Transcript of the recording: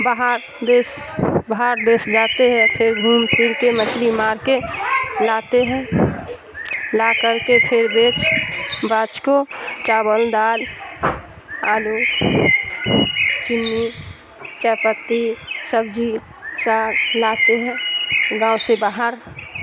باہر دیش باہر دیش جاتے ہیں پھر گھوم پھر کے مچھلی مار کے لاتے ہیں لا کر کے پھر بیچ باچ کے چاول دال آلو چینی چائے پتی سبزی ساگ لاتے ہیں گاؤں سے باہر